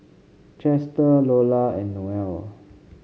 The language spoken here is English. Chester Lola and Noel